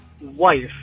wife